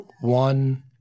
one